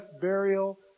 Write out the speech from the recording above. burial